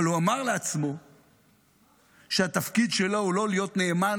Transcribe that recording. אבל הוא אמר לעצמו שהתפקיד שלו הוא לא להיות נאמן